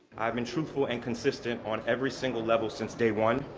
i've been truthful and consistent on every single level since day one.